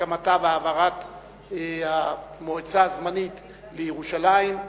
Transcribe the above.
הקמתה והעברת המועצה הזמנית לירושלים,